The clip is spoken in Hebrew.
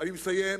אני מסיים.